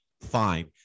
fine